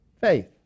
faith